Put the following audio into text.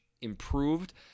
improved